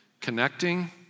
connecting